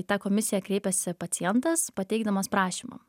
į tą komisiją kreipiasi pacientas pateikdamas prašymą